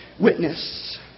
Witness